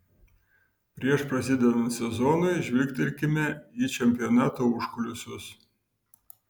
prieš prasidedant sezonui žvilgtelėkime į čempionato užkulisius